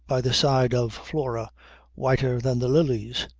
by the side of flora whiter than the lilies,